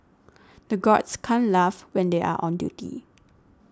the guards can't laugh when they are on duty